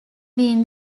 been